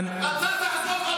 אף אחד לא יעזוב.